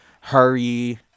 hurry